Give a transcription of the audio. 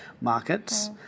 markets